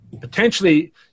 potentially